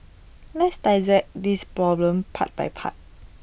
let's dissect this problem part by part